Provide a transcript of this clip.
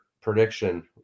prediction